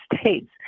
States